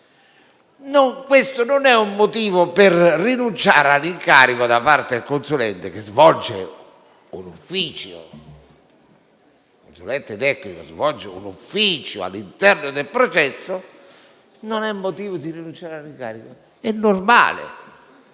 paghi non è un motivo per rinunciare all'incarico da parte del consulente tecnico, che svolge un ufficio all'interno del processo. Non è questo un motivo di rinunciare all'incarico. È normale,